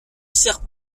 sers